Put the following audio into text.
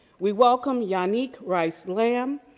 we welcome yanick rice-lamb,